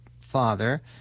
father